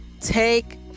take